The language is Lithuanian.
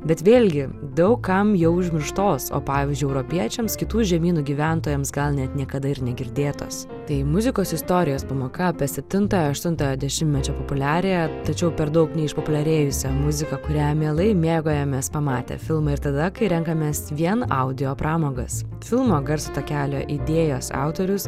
bet vėlgi daug kam jau užmirštos pavyzdžiui europiečiams kitų žemynų gyventojams gal net niekada ir negirdėtas tai muzikos istorijos pamoka apie septintojo aštuntojo dešimtmečio populiariąją tačiau per daug neišpopuliarėjusią muziką kurią mielai mėgaujamės pamatę filmą ir tada kai renkamės vien audio pramogas filmo garso takelio idėjos autorius